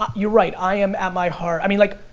um you're right, i am at my heart, i mean like,